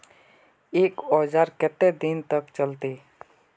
एक औजार केते दिन तक चलते?